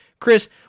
Chris